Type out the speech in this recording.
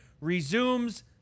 resumes